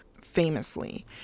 famously